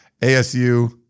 ASU